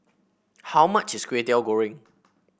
how much is Kway Teow Goreng